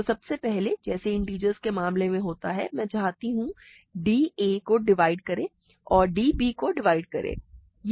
तो सबसे पहले जैसे इंटिजर्स के मामले में होता है मैं चाहता हूं कि d a को डिवाइड करे और d b को डिवाइड करे